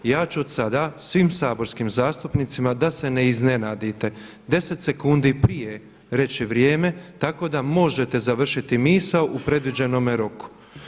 Ja ću odsada svim saborskim zastupnicima da se ne iznenadite 10 sekundi prije reći vrijeme tako da možete završiti misao u predviđenome roku.